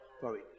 Sorry